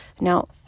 Now